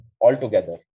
altogether